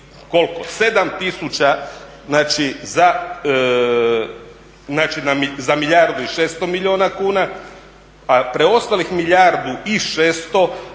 7 tisuća za milijardu i šesto milijuna kuna, a preostalih milijardu i šesto